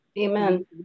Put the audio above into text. Amen